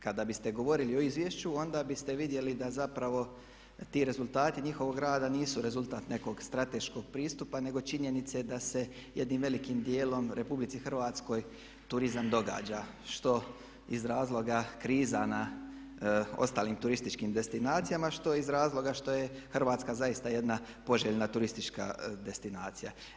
Kada biste govorili o izvješću, onda biste vidjeli da zapravo ti rezultati njihovog rada nisu rezultat nekog strateškog pristupa nego činjenice da se jednim velikim dijelom Republici Hrvatskoj turizam događa što iz razloga kriza na ostalim turističkim destinacijama što iz razloga što je Hrvatska zaista jedna poželjna turistička destinacija.